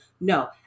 no